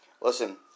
Listen